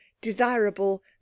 desirable